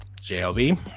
JLB